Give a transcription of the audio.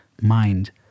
mind